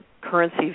currency